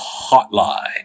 Hotline